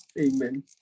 Amen